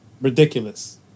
ridiculous